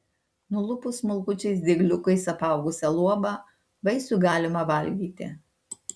nulupus smulkučiais dygliukais apaugusią luobą vaisių galima valgyti